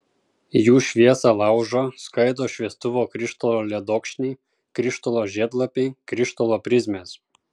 jų šviesą laužo skaido šviestuvo krištolo ledokšniai krištolo žiedlapiai krištolo prizmės